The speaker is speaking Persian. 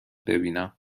ببینم